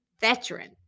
Veteran